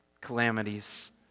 calamities